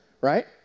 right